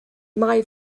mae